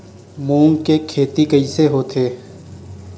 मूंग के खेती कइसे होथे?